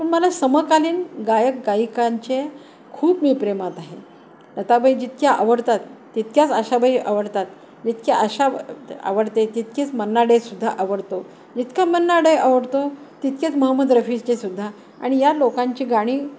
पण मला समकालीन गायक गायिकांचे खूप मी प्रेमात आहे लताबाई जितक्या आवडतात तितक्याच आशाबाई आवडतात जितक्या आशा आवडते तितकीच मन्ना डे सुद्धा आवडतो जितका मन्ना डे आवडतो तितकेच मोहम्मद रफीजी सुद्धा आणि या लोकांची गाणी